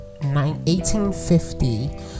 1850